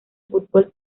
fútbol